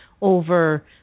over